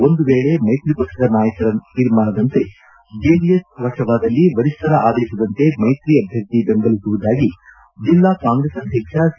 ಒಂದು ವೇಳೆ ಮೈತ್ರಿ ಪಕ್ಷದ ನಾಯಕರ ತೀರ್ಮಾನದಂತೆ ಜೆಡಿಎಸ್ ಮಶವಾದಲ್ಲಿ ವರಿಷ್ಠರ ಆದೇಶದಂತೆ ಮೈತ್ರಿ ಅಭ್ಯರ್ಥಿ ಬೆಂಬಲಿಸುವುದಾಗಿ ಜಿಲ್ಲಾ ಕಾಂಗ್ರೆಸ್ ಅಧ್ಯಕ್ಷ ಸಿ